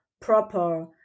proper